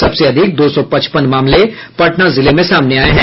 सबसे अधिक दो सौ पचपन मामले पटना जिले में सामने आये हैं